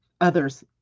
others